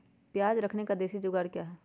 प्याज रखने का देसी जुगाड़ क्या है?